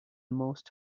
most